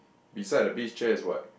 beside the beach chair is what